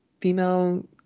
female